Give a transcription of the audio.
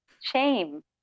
shame